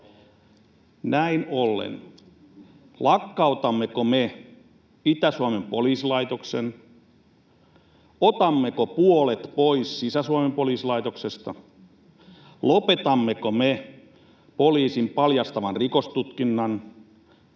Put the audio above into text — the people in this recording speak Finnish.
näin ollen Itä-Suomen poliisilaitoksen, otammeko puolet pois Sisä-Suomen poliisilaitoksesta, lopetammeko me poliisin paljastavan rikostutkinnan,